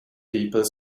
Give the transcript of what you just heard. people